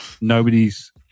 nobody's